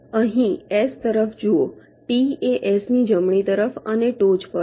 અહીં S તરફ જુઓ T એ S ની જમણી તરફ અને ટોચ પર છે